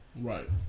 Right